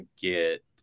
get